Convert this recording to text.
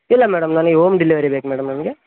ಇಲ್ಲ ಮೇಡಮ್ ನನೀಗ home delivery ಬೇಕು ಮೇಡಮ್ ನಮಗೆ